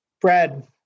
Brad